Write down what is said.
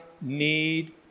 need